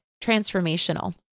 transformational